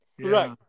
Right